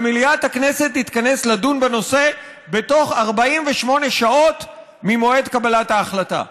ומליאת הכנסת תתכנס לדון בנושא בתוך 48 שעות ממועד קבלת ההחלטה.